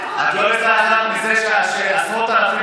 את לא הזדעזעת מזה שעשרות אלפים,